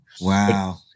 Wow